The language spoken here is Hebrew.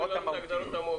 תסביר לנו את ההגדרות המהותיות.